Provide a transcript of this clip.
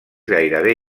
gairebé